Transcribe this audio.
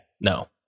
No